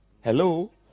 Hello